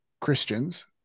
Christians